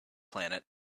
planet